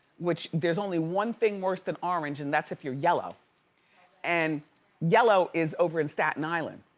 which there's only one thing worse than orange. and that's, if you're yellow and yellow is over in staten island.